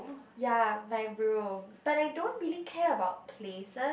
ya my room but I don't really care about places